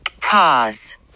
pause